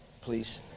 please